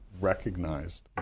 recognized